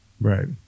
right